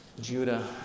Judah